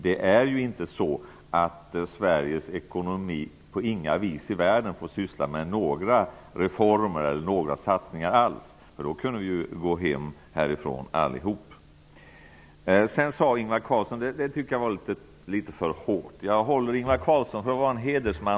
Det är inte så att man på inga vis i världen får syssla med reformer eller satsningar i Sveriges ekonomi. Då skulle vi alla kunna gå hem. Vidare sade Ingvar Carlsson något som jag tycker var litet för hårt. Jag håller Ingvar Carlsson för att vara en hedersman.